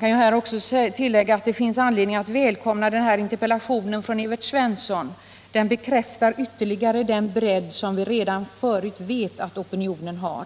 kan här också tillägga att det finns anledning att välkomna Evert Svenssons interpellation. Den bekräftar ytterligare den bredd som vi redan förut vet att opinionen har.